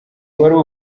wari